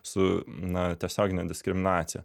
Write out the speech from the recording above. su na tiesiogine diskriminacija